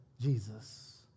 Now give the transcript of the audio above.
Jesus